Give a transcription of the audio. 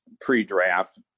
pre-draft